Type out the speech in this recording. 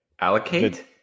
Allocate